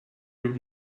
would